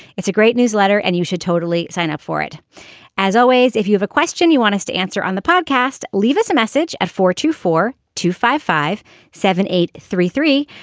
it's a great newsletter and you should totally sign up for it as always. if you have a question you want us to answer on the podcast. leave us a message at four two four two five five seven eight three three.